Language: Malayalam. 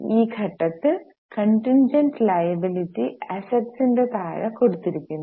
ഈ ഘട്ടത്തിൽ കോണ്ടിൻജന്റ് ലിവബിലിറ്റി അസ്സെറ്റ്സിന്റെ താഴെ കൊടുത്തിരിക്കുന്നു